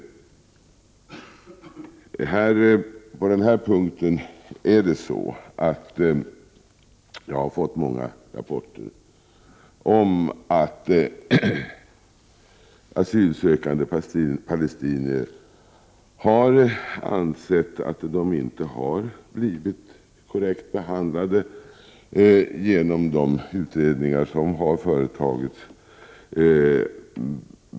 Jag har fått många rapporter om att asylsökande palestinier har ansett att de inte har blivit korrekt behandlade i de utredningar som har gjorts.